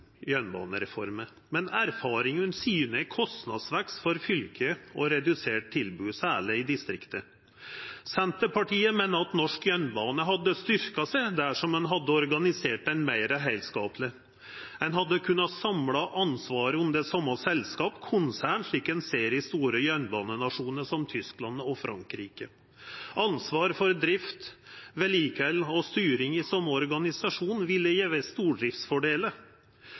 jernbanereforma. Men erfaringane syner kostnadsvekst for fylka og redusert tilbod, særleg i distriktet. Senterpartiet meiner at norsk jernbane hadde styrkt seg dersom ein hadde organisert ho meir heilskapleg. Ein hadde kunna samla ansvaret under same selskap, konsern, slik ein ser i store jernbanenasjonar som Tyskland og Frankrike. Ansvar for drift, vedlikehald og styring i same organisasjon ville gjeve